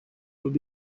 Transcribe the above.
would